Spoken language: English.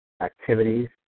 activities